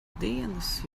dienas